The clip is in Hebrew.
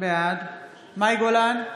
בעד מאי גולן,